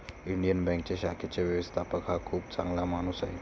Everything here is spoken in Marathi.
इंडियन बँकेच्या शाखेचा व्यवस्थापक हा खूप चांगला माणूस आहे